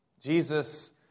Jesus